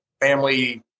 family